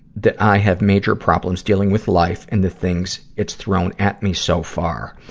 that i have major problems dealing with life and the things it's thrown at me so far.